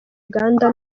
uganda